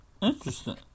Interesting